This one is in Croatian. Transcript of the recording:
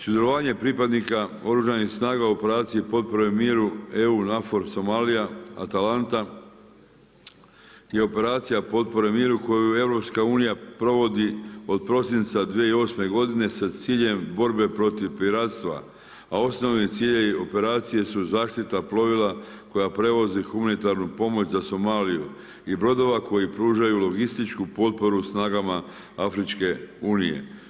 Sudjelovanje pripadnika Oružanih snaga u operaciji potpore miru EU NAFOR Somalija Atalanta i operacija potpore miru koju EU provodi od prosinca 2008. godine sa ciljem borbe protiv piratstva, a osnovni ciljevi operacije su zaštita plovila koja prevozi humanitarnu pomoć za Somaliju i brodova koji pružaju logističku potporu snagama afričke unije.